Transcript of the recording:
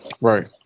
right